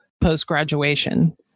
post-graduation